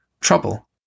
trouble